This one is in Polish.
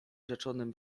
rzeczonym